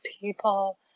people